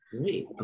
Great